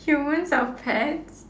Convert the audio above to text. humans are pets